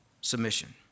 submission